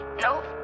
Nope